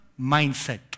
mindset